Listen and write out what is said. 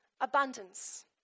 abundance